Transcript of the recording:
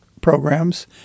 programs